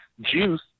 Juice